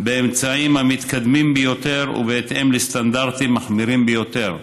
באמצעים המתקדמים ביותר ובהתאם לסטנדרטים מחמירים ביותר,